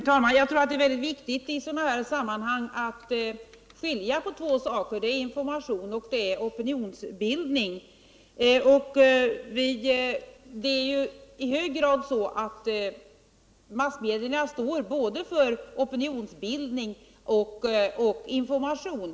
Herr talman! Jag tycker att det är mycket viktigt att i sådana här sammanhang skilja på två saker, nämligen information och opinionsbildning. Det är ju så att massmedierna står för en viktig del av både opinionsbildningen och informationen.